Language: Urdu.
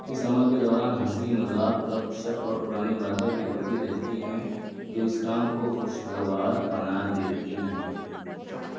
اس عمل کے دوران ہنسی مذاق گپ شپ اور پرانی باتیں بھی ہوتی رہتی ہیں جو اس کام کو خوشگوار بنا دیتی ہیں